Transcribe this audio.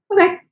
Okay